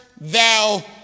thou